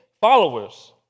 followers